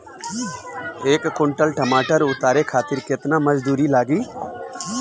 एक कुंटल टमाटर उतारे खातिर केतना मजदूरी लागी?